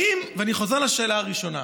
ואני חוזר לשאלה הראשונה: